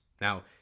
Now